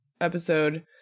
episode